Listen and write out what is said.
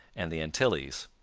and the antilles.